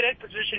position